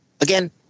again